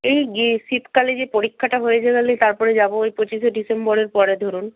এই শীতকালে যে পরীক্ষাটা হয়ে তারপরে যাব ওই পঁচিশে ডিসেম্বরের পরে ধরুন